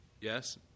Yes